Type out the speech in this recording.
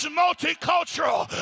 multicultural